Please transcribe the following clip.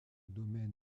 domaine